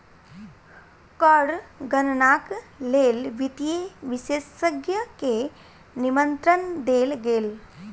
कर गणनाक लेल वित्तीय विशेषज्ञ के निमंत्रण देल गेल